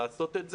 לעשות את זה.